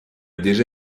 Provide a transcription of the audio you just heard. déjà